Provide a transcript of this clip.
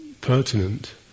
pertinent